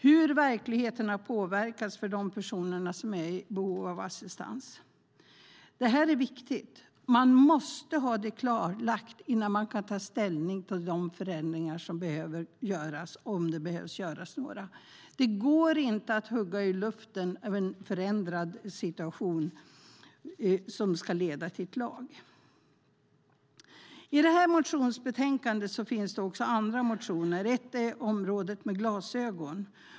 Hur har verkligheten påverkats för de personer som är i behov av assistans? Det här är viktigt. Man måste ha det klarlagt innan man kan ta ställning till de förändringar som behöver göras, om det behöver göras några. Det går inte att hugga i luften i en förändrad situation som ska leda till en lag. I det här motionsbetänkandet finns det också andra motioner. Ett område gäller glasögon.